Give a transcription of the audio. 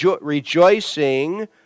rejoicing